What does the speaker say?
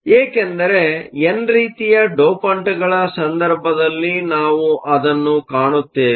ಏಕೆಂದರೆ ಎನ್ ರೀತಿಯ ಡೋಪಂಟ್ಗಳ ಸಂದರ್ಭದಲ್ಲಿ ನಾವು ಅದನ್ನು ಕಾಣುತ್ತೇವೆ